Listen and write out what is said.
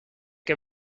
que